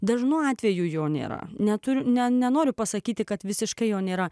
dažnu atveju jo nėra neturi nes nenoriu pasakyti kad visiškai jo nėra